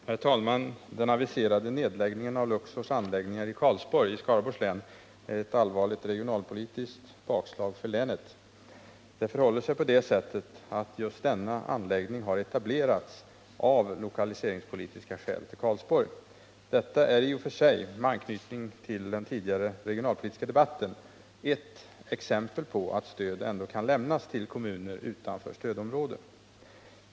Herr talman! Den aviserade nedläggningen av Luxors anläggningar i Karlsborg i Skaraborgs län är ett allvarligt regionalpolitiskt bakslag för länet. Denna anläggning har etablerats i Karlsborg av just lokaliseringspolitiska skäl. Detta är i och för sig — med anknytning till den nyss avslutade regionalpolitiska debatten — ett exempel på att stöd kan lämnas till kommuner utanför stödområdet.